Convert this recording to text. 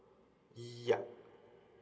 yeah